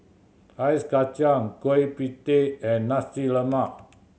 Ice Kachang Kueh Pie Tee and Nasi Lemak